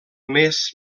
més